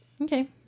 Okay